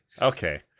Okay